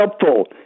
helpful